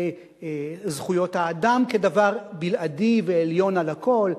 זכויות האדם כדבר בלעדי ועליון על הכול,